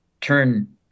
turn